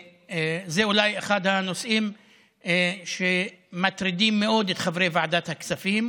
זה אולי אחד הנושאים שמטרידים מאוד את חברי ועדת הכספים,